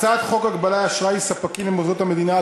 הצעת חוק הגבלת אשראי ספקים למוסדות המדינה,